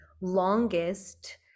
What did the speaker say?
longest